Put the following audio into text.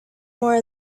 more